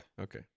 okay